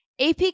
AP